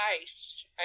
ice